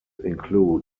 include